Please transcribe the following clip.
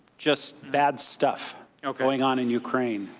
just bad stuff going on in ukraine.